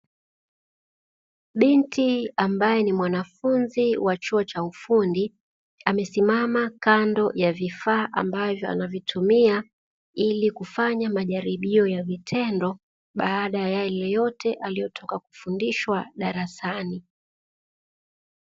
Binti ambaye ni mwanafunzi wa chuo cha ufundi amesimama kando ya vifaa ambavyo anavitumia ili kufanya majaribio ya vitendo baada ya yale yote aliyotoka kufundishwa darasani.